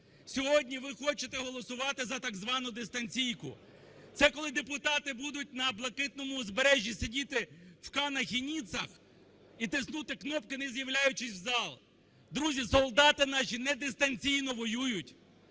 Сьогодні ви хочете голосувати за так звану дистанційку. Це, коли депутати будуть на блакитному узбережжі сидіти в Каннах і Ніццах і тиснути кнопки, не з'являючись в зал. Друзі, солдати наші не дистанційно воюють.